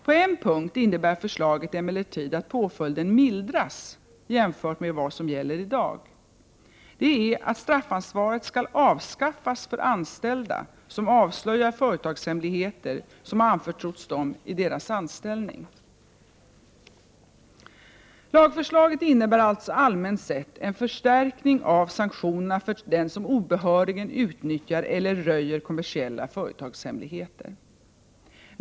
På en punkt innebär förslaget emellertid att påföljden mildras jämfört med vad som gäller i dag. Det är att straffansvaret skall avskaffas för anställda som avslöjar företagshemligheter som har anförtrotts dem i deras anställning. Lagförslaget innebär alltså allmänt sett en förstärkning av sanktionerna för den som obehörigen utnyttjar eller röjer kommersiella företagshemligheter.